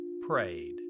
prayed